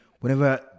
whenever